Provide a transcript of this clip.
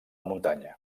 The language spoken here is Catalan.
muntanya